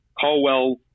Colwell